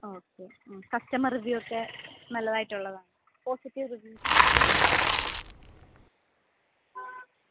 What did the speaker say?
okay hmm customer review okay നല്ലതായിട്ടുള്ളതാണോ positive review